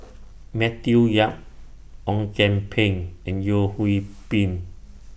Matthew Yap Ong Kian Peng and Yeo Hwee Bin